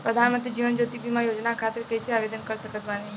प्रधानमंत्री जीवन ज्योति बीमा योजना खातिर कैसे आवेदन कर सकत बानी?